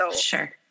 Sure